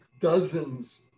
dozens